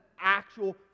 actual